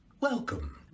welcome